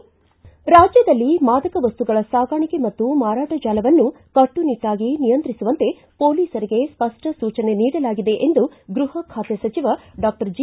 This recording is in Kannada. ರಾಜ್ವದಲ್ಲಿ ಮಾದಕ ವಸ್ತುಗಳ ಸಾಗಾಣಿಕೆ ಮತ್ತು ಮಾರಾಟ ಜಾಲವನ್ನು ಕಟ್ಟುನಿಟ್ಟಾಗಿ ನಿಯಂತ್ರಿಸುವಂತೆ ಪೊಲೀಸರಿಗೆ ಸ್ಪಪ್ನ ಸೂಚನೆ ನೀಡಲಾಗಿದೆ ಎಂದು ಗೈಹ ಖಾತೆ ಸಚಿವ ಡಾಕ್ಷರ್ ಜಿ